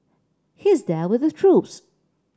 he's there with the troops